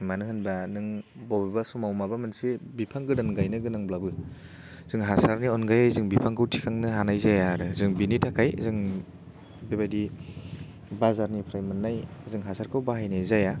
मानो होनबा नों बबेबा समाव माबा मोनसे बिफां गोदान गायनो गोनांब्लाबो जों हासारनि अनगायै जों बिफांखौ थिखांनो हानाय जाया आरो जों बेनि थाखाय जों बेबायदि बाजारनिफ्राय मोननाय जों हासारखौ बाहायनाय जाया